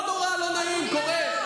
לא נורא, לא נעים, קורה.